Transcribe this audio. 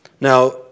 Now